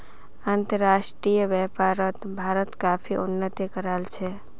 अंतर्राष्ट्रीय व्यापारोत भारत काफी उन्नति कराल छे